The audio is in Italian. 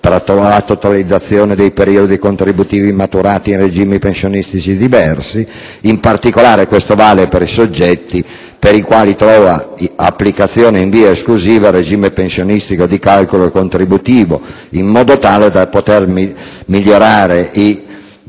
per la totalizzazione dei periodi contributivi maturati in regimi pensionistici diversi, in particolare per i soggetti per i quali trovi applicazione in via esclusiva il regime pensionistico di calcolo contributivo, in modo da poter migliorare i